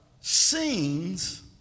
scenes